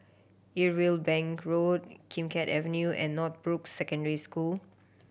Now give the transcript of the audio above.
Irwell Bank Road Kim Keat Avenue and Northbrooks Secondary School